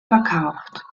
verkauft